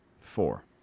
four